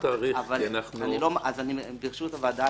אני רוצה להפעיל את חיקור הדין,